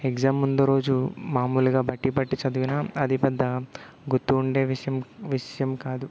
exam ముందు రోజు మామూలుగా బట్టీ బట్టి చదివినా అది పెద్ద గుర్తు ఉండే విషం విషయం కాదు